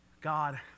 God